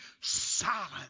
silent